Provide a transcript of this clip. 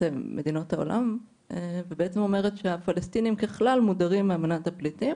מדינות העולם ואומרת שהפלסטינים ככלל מודרים מאמנת הפליטים